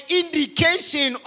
indication